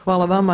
Hvala vama.